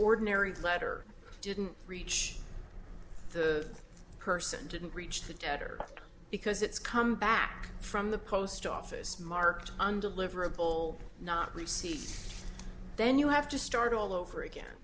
ordinary letter didn't reach the person didn't reach the debt or because it's come back from the post office marked undeliverable not receipt then you have to start all over again